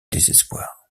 désespoir